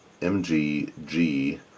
MGG